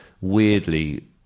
weirdly